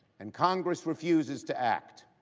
and congress refuses to act,